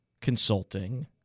consulting